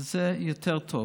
אז זה יותר טוב.